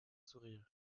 sourire